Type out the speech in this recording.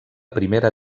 primera